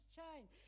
change